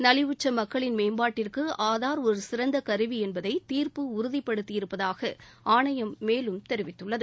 நலிவுற்ற மக்களின் மேம்பாட்டிற்கு ஆதார் ஒரு சிறந்த கருவி என்பதை தீர்ப்பு உறுதிபடுத்தியிருப்பதாக ஆணையம் மேலும் தெரிவித்துள்ளது